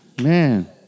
Man